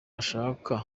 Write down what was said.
ashaka